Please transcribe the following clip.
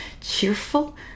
cheerful